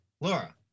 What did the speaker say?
Laura